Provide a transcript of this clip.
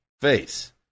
face